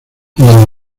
donde